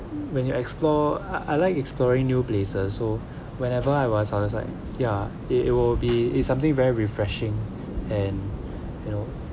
when you explore I like exploring new places so whenever I was on the sign ya it will be it's something very refreshing and you know